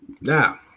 Now